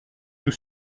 nous